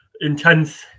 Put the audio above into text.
intense